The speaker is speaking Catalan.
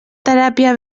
teràpia